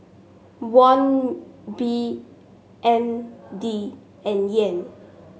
Won B N D and Yen